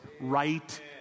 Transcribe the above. right